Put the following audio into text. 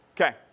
Okay